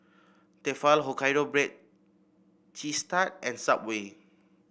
Tefal Hokkaido Baked Cheese Tart and Subway